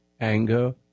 anger